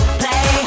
play